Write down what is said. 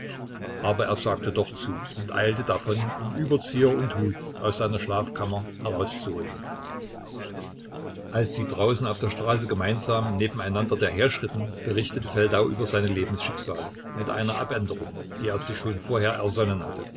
aber er sagte doch zu und eilte davon um überzieher und hut aus seiner schlafkammer herauszuholen als sie draußen auf der straße gemeinsam nebeneinander dahinschritten berichtete feldau über seine lebensschicksale mit einer abänderung die er sich schon vorher ersonnen hatte